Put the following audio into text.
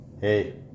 hey